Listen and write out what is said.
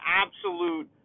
absolute